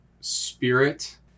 spirit